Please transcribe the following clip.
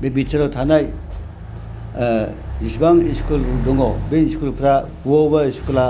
बे बिटिआरआव थानाय जिसेबां स्कुलफोर दङ बै स्कुलफ्रा बबेबा बबेबा स्कुला